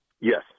yes